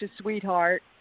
sweetheart